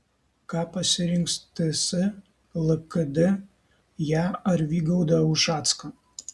ką pasirinks ts lkd ją ar vygaudą ušacką